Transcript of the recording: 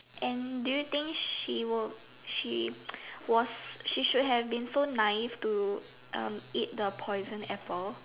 and do you think she will she was she should have been so naive to um eat the poison apple